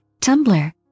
Tumblr